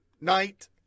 Night